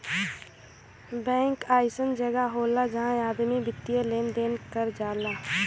bank अइसन जगह होला जहां आदमी वित्तीय लेन देन कर जाला